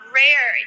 rare